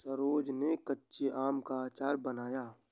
सरोज ने कच्चे आम का अचार बनाया